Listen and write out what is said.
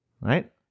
Right